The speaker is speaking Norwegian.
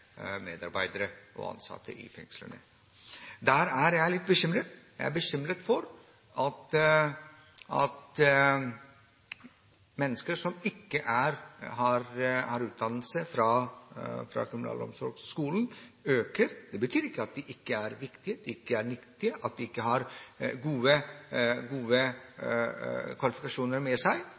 medarbeidere og ansatte i fengslene. Der er jeg litt bekymret. Jeg er bekymret for at mennesker som ikke har utdannelse fra kriminalomsorgsskolen, øker. Det betyr ikke at de ikke er viktige, at de ikke er nyttige, at de ikke har gode kvalifikasjoner med seg.